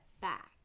back